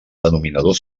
denominador